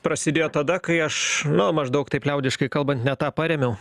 prasidėjo tada kai aš na maždaug taip liaudiškai kalbant ne tą parėmiau